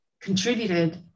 contributed